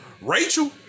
Rachel